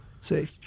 See